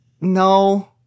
no